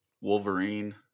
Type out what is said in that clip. Wolverine